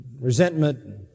resentment